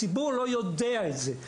הציבור לא יודע את זה,